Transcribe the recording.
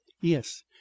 yes